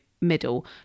middle